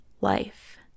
life